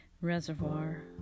Reservoir